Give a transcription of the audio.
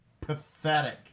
Pathetic